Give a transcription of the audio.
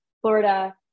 Florida